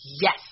yes